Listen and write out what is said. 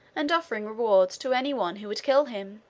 and offering rewards to any one who would kill him.